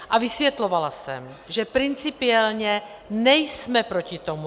A vysvětlovala jsem, že principiálně nejsme proti tomu.